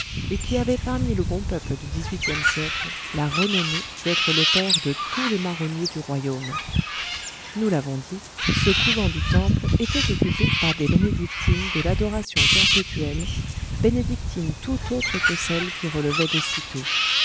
et qui avait parmi le bon peuple du dix-huitième siècle la renommée d'être le père de tous les marronniers du royaume nous l'avons dit ce couvent du temple était occupé par des bénédictines de l'adoration perpétuelle bénédictines tout autres que celles qui relevaient de